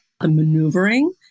maneuvering